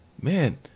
Man